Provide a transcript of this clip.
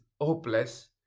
hopeless